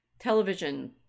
television